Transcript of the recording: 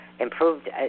Improved